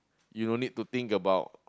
you no need think about